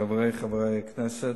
חברי חברי הכנסת,